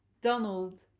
Donald